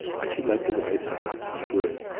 and she led the way to her husband's room.